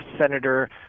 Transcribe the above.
Senator